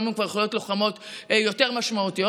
היום הן כבר יכולות להיות לוחמות יותר משמעותיות.